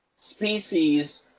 species